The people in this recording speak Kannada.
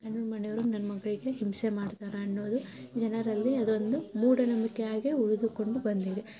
ಗಂಡನ ಮನೆಯವರು ನನ್ನ ಮಗಳಿಗೆ ಹಿಂಸೆ ಮಾಡ್ತಾರೆ ಅನ್ನೋದು ಜನರಲ್ಲಿ ಅದೊಂದು ಮೂಢನಂಬಿಕೆ ಆಗೇ ಉಳಿದುಕೊಂಡು ಬಂದಿದೆ